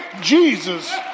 Jesus